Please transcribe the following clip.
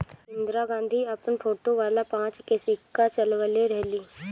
इंदिरा गांधी अपन फोटो वाला पांच के सिक्का चलवले रहली